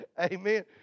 Amen